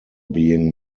being